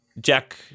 Jack